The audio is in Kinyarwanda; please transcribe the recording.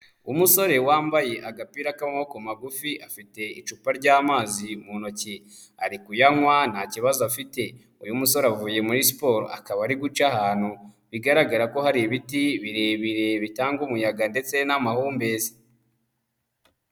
Umusore wambaye agapira k'amaboko magufi, afite icupa ry'amazi mu ntoki. Ari kuyanywa nta kibazo afite. Uyu musore avuye muri siporo. Akaba ari guca ahantu bigaragara ko hari ibiti birebire bitanga umuyaga ndetse n'amahumbezi.